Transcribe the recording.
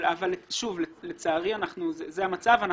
לצערי זה המצב.